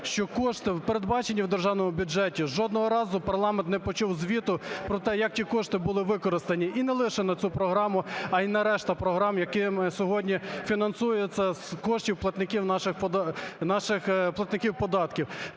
що кошти передбачені в державному бюджеті, жодного разу парламент не почув звіту про те, як ті кошти були використані, і не лише на цю програму, а й на решту програм, які сьогодні фінансуються з коштів платників наших… платників податків.